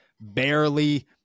barely